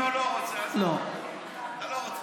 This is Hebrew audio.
רוצה או לא רוצה, אתה לא רוצה.